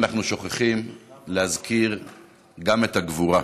אנחנו מבינים גם כמה לא מובנת מאליה הייתה הגבורה,